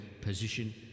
position